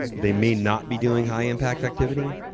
they may not be doing high impact activity,